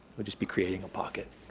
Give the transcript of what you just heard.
would just be creating a pocket.